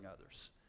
others